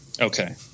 Okay